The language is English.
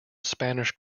spanish